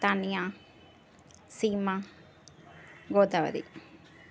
Tanya Seema Godavari